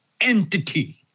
entity